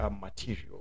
material